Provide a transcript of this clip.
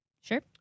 sure